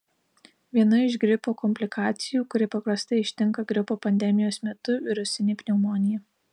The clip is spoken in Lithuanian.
viena iš gripo komplikacijų kuri paprastai ištinka gripo pandemijos metu virusinė pneumonija